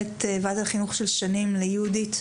ליהודית,